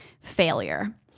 failure